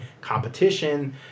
competition